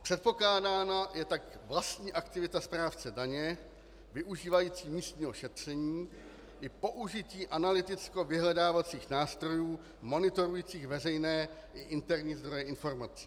Předpokládaná je tak vlastní aktivita správce daně využívající místního šetření i použití analytických vyhledávacích nástrojů monitorujících veřejné interní zdroje informací.